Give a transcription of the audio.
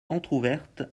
entrouverte